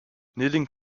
knitting